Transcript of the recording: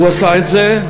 הוא עשה את זה.